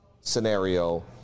scenario